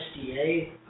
SDA